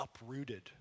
uprooted